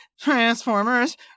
Transformers